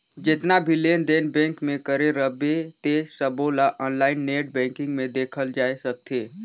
जेतना भी लेन देन बेंक मे करे रहबे ते सबोला आनलाईन नेट बेंकिग मे देखल जाए सकथे